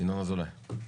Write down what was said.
ינון אזולאי בבקשה.